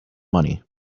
money